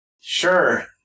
sure